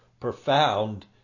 profound